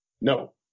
No